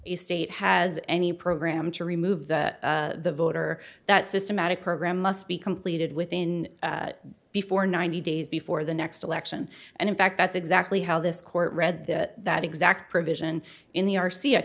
the state has any program to remove the voter that systematic program must be completed within before ninety days before the next election and in fact that's exactly how this court read that exact provision in the r c a